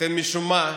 אתם, משום מה,